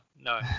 no